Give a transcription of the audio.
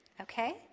okay